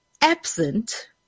absent